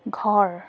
ঘৰ